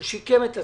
הוא שיקם את עצמו.